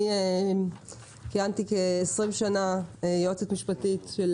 אני כיהנתי כ-20 שנה כיועצת משפטית של